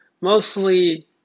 mostly